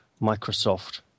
Microsoft